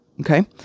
okay